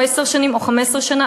או לעשר שנים או ל-15 שנה,